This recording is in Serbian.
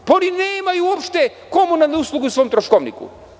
Pa, oni nemaju uopšte komunalnu uslugu u svom troškovniku.